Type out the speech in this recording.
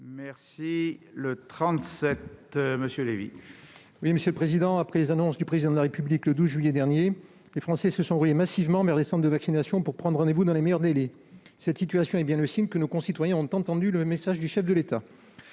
Levi, pour présenter l'amendement n° 37. Après les annonces du Président de la République le 12 juillet dernier, les Français se sont rués massivement vers les centres de vaccination pour prendre rendez-vous dans les meilleurs délais. Cette situation est bien le signe que nos concitoyens ont entendu le message du chef de l'État.